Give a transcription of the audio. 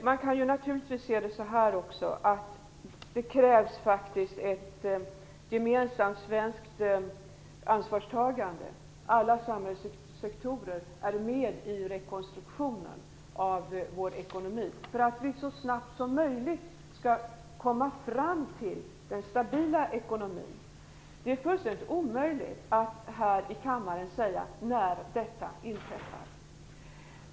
Man kan naturligtvis också se det så, att det krävs ett gemensamt svenskt ansvarstagande - alla samhällssektorer är med i rekonstruktionen av vår ekonomi - för att vi så snabbt som möjligt skall komma fram till den stabila ekonomin. Det är fullständigt omöjligt att här i kammaren säga när detta inträffar.